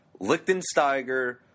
Lichtensteiger